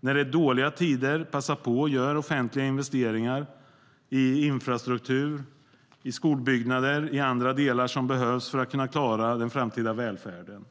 När det är dåliga tider, passa på att göra offentliga investeringar i infrastruktur, skolbyggnader och andra delar som behövs för att kunna klara den framtida välfärden!